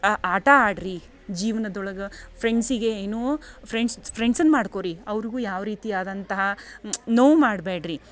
ಆ ಆಟ ಆಡ್ರಿ ಜೀವನದೊಳಗ ಫ್ರೆಂಡ್ಸಿಗೆ ಏನೂ ಫ್ರೆಂಡ್ಸ್ ಫ್ರೆಂಡ್ಸ್ನ್ ಮಾಡ್ಕೊರಿ ಅವ್ರ್ಗು ಯಾವ ರೀತಿಯಾದಂಥ ನೋವು ಮಾಡ್ಬ್ಯಾಡ್ರಿ